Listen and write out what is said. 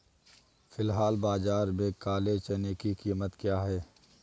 फ़िलहाल बाज़ार में काले चने की कीमत क्या है?